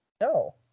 No